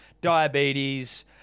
diabetes